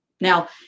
Now